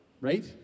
right